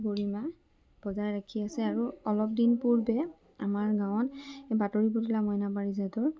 গৰিমা বজাই ৰাখি আছে আৰু অলপ দিন পূৰ্বে আমাৰ গাঁৱত এই বাতৰি বুটলা মইনা পাৰিজাতৰ